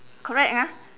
correct ah